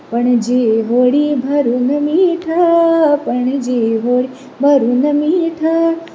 पणजे व्हडी भरून मीठ पणजे व्हडीं भरून मीठ